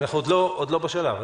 --- אנחנו עוד לא בשלב הזה,